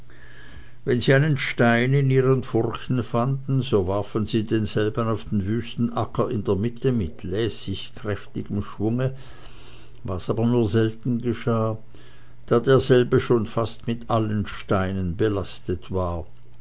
wenn sie einen stein in ihren furchen fanden so warfen sie denselben auf den wüsten acker in der mitte mit lässig kräftigem schwunge was aber nur selten geschah da derselbe schon fast mit allen steinen belastet war